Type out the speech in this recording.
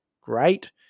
great